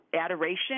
adoration